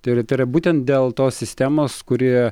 tai yra tai yra būtent dėl to sistemos kuri